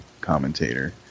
commentator